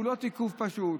הוא לא תיקוף פשוט: